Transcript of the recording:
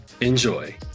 Enjoy